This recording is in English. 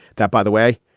that, by the way,